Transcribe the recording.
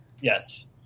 Yes